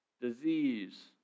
disease